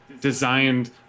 designed